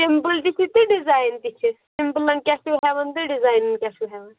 simple تہِ چھِ تہٕ ڈِزاین تہِ چھ سِمپٕلَن کیٛاہ چھُ ہٮ۪وان تہٕ ڈِزاینَن کیٛاہ چھُ ہٮ۪وان